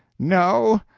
no,